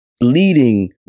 leading